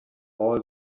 all